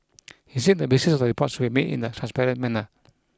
he said the basis of the report should be made in a transparent manner